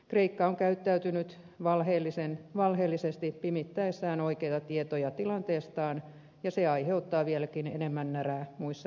kreikka on käyttäytynyt valheellisesti pimittäessään oikeita tietoja tilanteestaan ja se aiheuttaa vieläkin enemmän närää muissa euromaissa